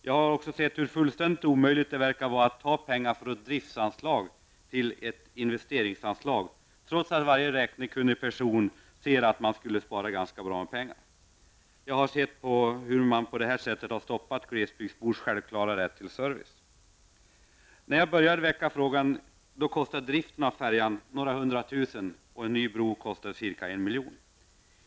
Jag har sett hur fullständigt omöjligt det verkar vara att ta pengar från ett driftsanslag till ett investeringsanslag, trots att varje räknekunnig person kan se att man skulle spara ganska mycket pengar. Jag har sett hur man på det sättet har stoppat glesbygdsbors självklara rätt till service. När jag började engagera mig i frågan kostade driften av färjan några hundra tusen kronor, en ny bro skulle ha kostat ca 1 miljon.